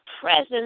presence